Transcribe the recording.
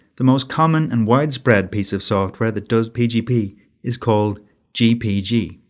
the most common and widespread piece of software that does pgp is called gpg.